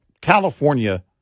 California